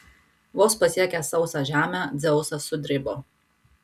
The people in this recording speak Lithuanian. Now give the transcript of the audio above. vos pasiekęs sausą žemę dzeusas sudribo